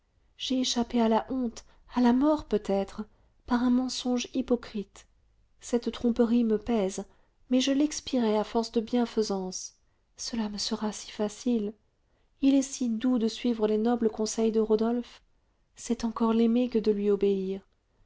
j'ai échappé à la honte à la mort peut-être par un mensonge hypocrite cette tromperie me pèse mais je l'expierai à force de bienfaisance cela me sera si facile il est si doux de suivre les nobles conseils de rodolphe c'est encore l'aimer que de lui obéir